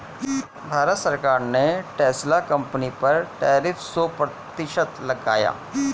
भारत सरकार ने Tesla company पर टैरिफ सो प्रतिशत लगाया